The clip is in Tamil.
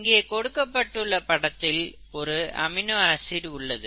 இங்கே கொடுக்கப்பட்டுள்ள படத்தில் ஒரு அமினோ ஆசிட் உள்ளது